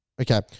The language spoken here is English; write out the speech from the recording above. Okay